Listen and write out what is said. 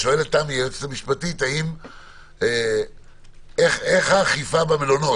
תמי היועצת המשפטית שואלת, איך האכיפה במלונות?